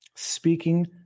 Speaking